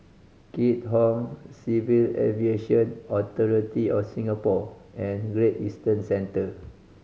Keat Hong Civil Aviation Authority of Singapore and Great Eastern Centre